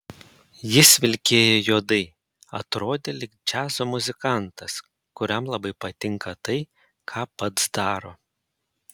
jis vilkėjo juodai atrodė lyg džiazo muzikantas kuriam labai patinka tai ką pats daro